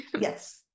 yes